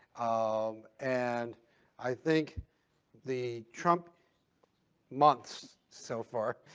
um and i think the trump months, so far.